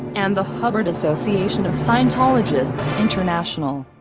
and the hubbard association of scientologists international,